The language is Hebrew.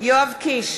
יואב קיש,